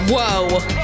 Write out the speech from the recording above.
Whoa